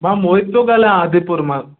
मां मोहित थो ॻाल्हायां आदिपुर मां